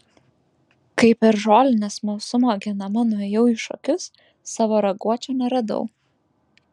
kai per žolinę smalsumo genama nuėjau į šokius savo raguočio neradau